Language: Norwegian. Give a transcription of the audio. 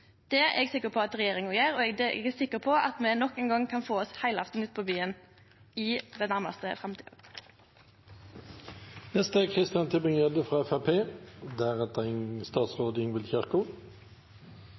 Det er eg sikker på at regjeringa gjer, og eg er sikker på at me nok ein gong kan få oss ein heilaftan ute på byen i den næraste framtida. Det er